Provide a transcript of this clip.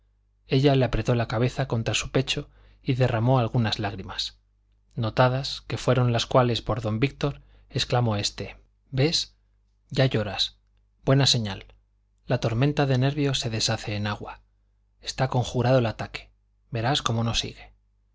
ella le apretó la cabeza contra su pecho y derramó algunas lágrimas notadas que fueron las cuales por don víctor exclamó este ves ya lloras buena señal la tormenta de nervios se deshace en agua está conjurado el ataque verás como no sigue en